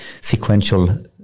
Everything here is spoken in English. sequential